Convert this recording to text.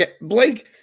Blake